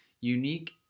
unique